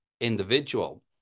individual